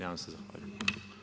Ja vam se zahvaljujem.